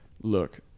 Look